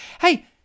hey